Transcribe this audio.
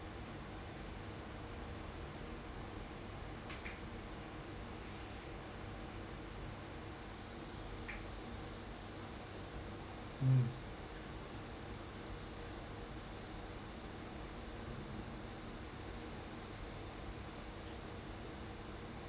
mm